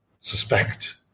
suspect